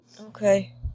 Okay